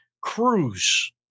cruise